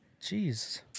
Jeez